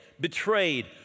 betrayed